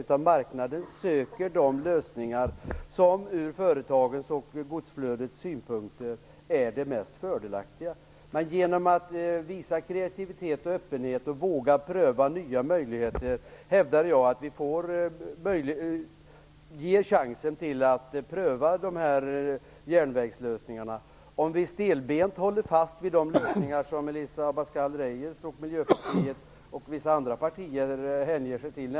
Marknaden söker de lösningar som ur företagens och godsflödets synpunkt är de mest fördelaktiga. Genom att visa kreativitet och öppenhet och genom att våga pröva nya möjligheter hävdar jag att vi ger de här järnvägslösningarna en chans. Vi kan inte stelbent hålla fast vi de lösningar som Elisa Abascal Reyes och Miljöpartiet och vissa andra partier hänger sig åt.